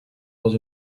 dans